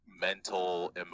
mental